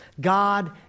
God